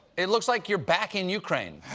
it looks like you're back in ukraine?